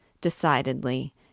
decidedly